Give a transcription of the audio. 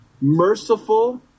merciful